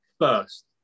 first